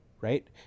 right